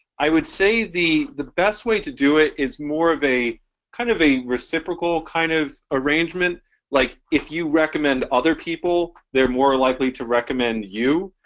i would say the the best way to do it is more of a kind of a reciprocal kind of arrangement like if you recommend other people, they're more likely to recommend you,